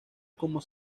como